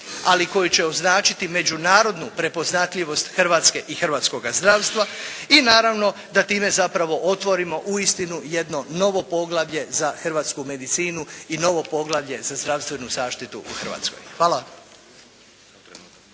ali koji će označiti međunarodnu prepoznatljivost Hrvatske i hrvatskoga zdravstva i naravno da time zapravo otvorimo uistinu jedno novo poglavlje za hrvatsku medicinu i novo poglavlje za zdravstvenu zaštitu u Hrvatskoj. Hvala.